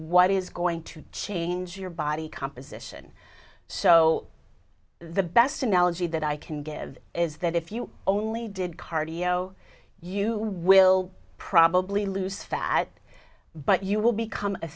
what is going to change your body composition so the best analogy that i can give is that if you only did cardio you will probably lose fat but you will become a